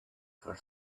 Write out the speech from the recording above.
their